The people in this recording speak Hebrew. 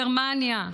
גרמניה,